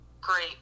Great